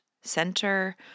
center